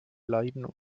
leiden